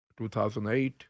2008